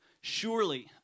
Surely